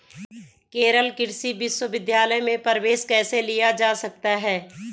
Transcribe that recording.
केरल कृषि विश्वविद्यालय में प्रवेश कैसे लिया जा सकता है?